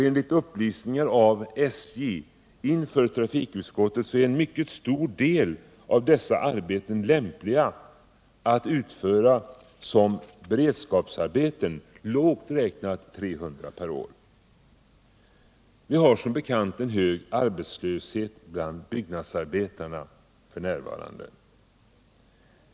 Enligt upplysningar av SJ inför trafikutskottet är en mycket stor del av dessa arbeten lämpliga att utföra som beredskapsarbeten, lågt räknat 300 per år. Vi har som bekant en hög arbetslöshet bland byggnadsarbetarna f. n.